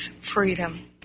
Freedom